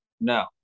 No